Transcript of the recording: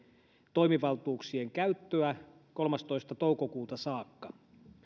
toimivaltuuksien käyttöä kolmastoista toukokuuta saakka